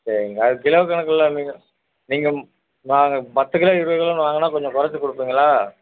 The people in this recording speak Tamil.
சரிங்க்கா அது கிலோ கணக்கில் நீங்கள் நீங்கள் நாங்கள் பத்து கிலோ இருபது கிலோன்னு வாங்கினா கொஞ்சம் கொறைச்சு கொடுப்பீங்களா